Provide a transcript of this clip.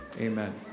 Amen